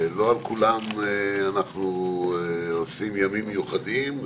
לא על כולן אנחנו עושים ימים מיוחדים,